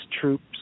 troops